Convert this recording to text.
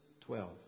twelve